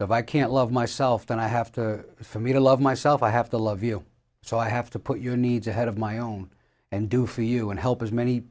if i can't love myself then i have to for me to love myself i have to love you so i have to put your needs ahead of my own and do for you and help as many